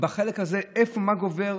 בחלק הזה מה גובר,